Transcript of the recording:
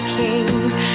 kings